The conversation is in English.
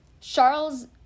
Charles